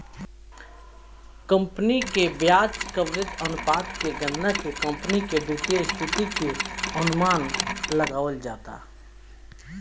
company के ब्याज coverage अनुपात के गणना के कंपनी के वित्तीय स्थिति के अनुमान लगावल जाता